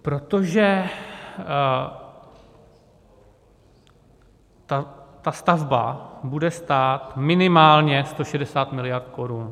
Protože ta stavba bude stát minimálně 160 miliard korun.